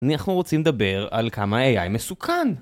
אנחנו רוצים לדבר על כמה AI מסוכן